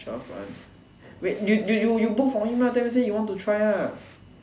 twelve one wait you you you book for him lah tell him say you want to try lah